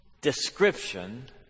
description